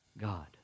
God